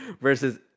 Versus